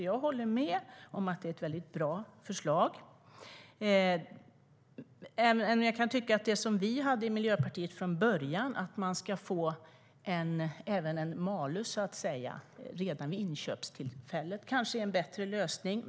Jag håller med om att det är ett bra förslag, även om det som Miljöpartiet föreslog från början - att man ska få även en malus redan vid inköpstillfället - kanske är en bättre lösning.